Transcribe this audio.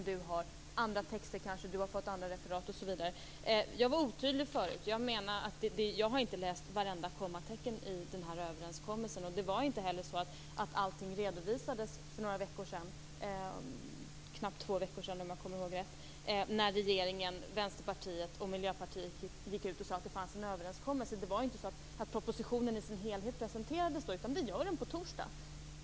I fråga om andra texter kanske han har fått andra referat. Jag var otydlig förut. Jag har inte läst varenda kommatecken i denna överenskommelse. Det var inte heller så att allting redovisades för knappt två veckor sedan när regeringen, Vänsterpartiet och Miljöpartiet gick ut och sade att det fanns en överenskommelse. Det var inte så att propositionen i sin helhet presenterades, utan den kommer att presenteras på torsdag.